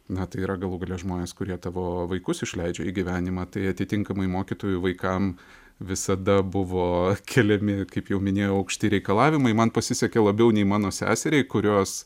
na tai yra galų gale žmonės kurie tavo vaikus išleidžia į gyvenimą tai atitinkamai mokytojų vaikam visada buvo keliami kaip jau minėjau aukšti reikalavimai man pasisekė labiau nei mano seseriai kurios